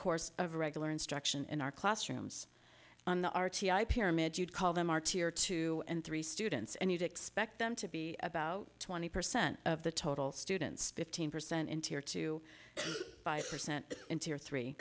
course of regular instruction in our classrooms on the r t i pyramid you'd call them our tier two and three students and you'd expect them to be about twenty percent of the total students fifteen percent in tear to five percent in two or three